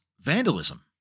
vandalism